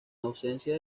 ausencia